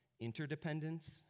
interdependence